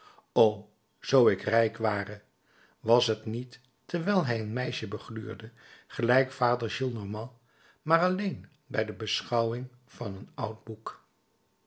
o zoo ik rijk ware was t niet terwijl hij een meisje begluurde gelijk vader gillenormand maar alleen bij de beschouwing van een oud boek